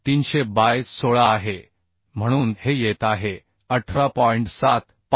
हे 300 बाय 16 आहे म्हणून हे येत आहे 18